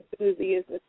enthusiasts